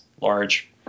large